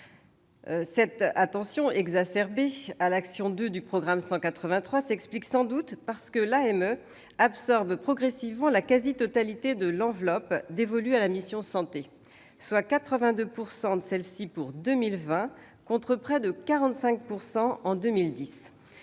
Cette attention exacerbée portée à l'action n° 02 du programme 183 s'explique sans doute par le fait que l'AME absorbe progressivement la quasi-totalité de l'enveloppe dévolue à la mission « Santé », soit 82 % de celle-ci pour 2020, contre près de 45 % en 2010.